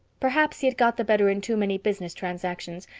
perhaps he had got the better in too many business transactions.